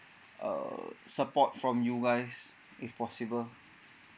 err support from you guys if possible